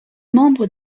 membre